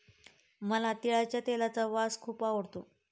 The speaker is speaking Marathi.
मला तिळाच्या तेलाचा वास खूप आवडतो